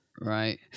Right